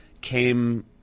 came